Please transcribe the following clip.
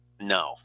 No